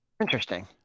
Interesting